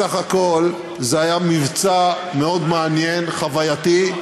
בסך הכול, זה היה מבצע מאוד מעניין, חווייתי,